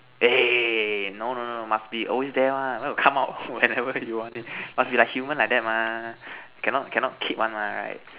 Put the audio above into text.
eh no no no must be always there one where got come out whenever you want must be like human like that mah cannot cannot keep one mah right